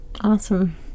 Awesome